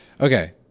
Okay